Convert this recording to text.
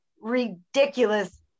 ridiculous